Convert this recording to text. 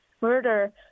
murder